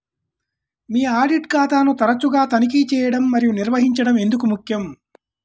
మీ audit ఖాతాను తరచుగా తనిఖీ చేయడం మరియు నిర్వహించడం ఎందుకు ముఖ్యం?